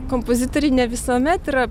kompozitoriai ne visuomet yra